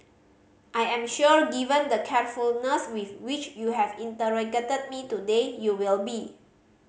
I am sure given the carefulness with which you have interrogated me today you will be